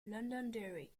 londonderry